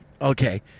Okay